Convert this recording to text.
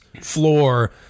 floor